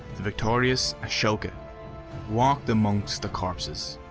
the victorious ashoka walked among the corpses,